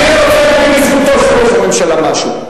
אני רוצה להגיד לזכותו של ראש הממשלה משהו.